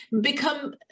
become